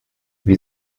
wir